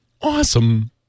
Awesome